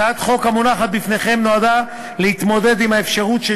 הצעת החוק המונחת בפניכם נועדה להתמודד עם האפשרות של